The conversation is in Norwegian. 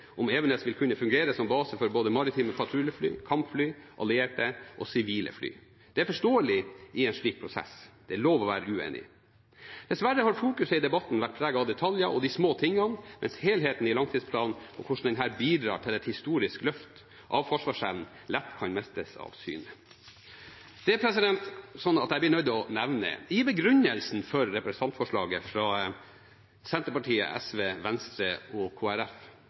om hvorvidt Evenes vil kunne fungere som base for både maritime patruljefly, kampfly, allierte og sivile fly. Det er forståelig i en slik prosess; det er lov å være uenig. Dessverre har man i debatten fokusert på detaljer og de små tingene, mens helheten i langtidsplanen og hvordan den bidrar til et historisk løft for forsvarsevnen, lett kan mistes av syne. Jeg er nødt til å nevne at i begrunnelsen for representantforslaget fra Senterpartiet, SV, Venstre og